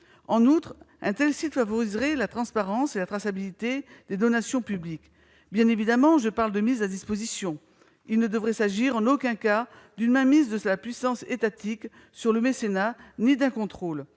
En outre, un tel site favoriserait la transparence et la traçabilité des donations publiques. Bien évidemment, je parle de « mise à disposition »; il ne devrait en aucun cas s'agir d'une mainmise de la puissance étatique sur le mécénat ni d'un contrôle.